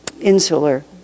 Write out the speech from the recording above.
insular